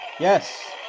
Yes